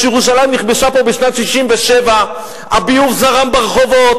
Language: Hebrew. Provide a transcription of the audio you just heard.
כשירושלים נכבשה פה בשנת 1967, הביוב זרם ברחוב,